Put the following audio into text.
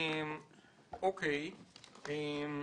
אתם